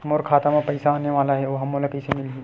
मोर खाता म पईसा आने वाला हे ओहा मोला कइसे मिलही?